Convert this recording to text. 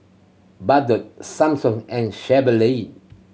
Bardot Samsung and Chevrolet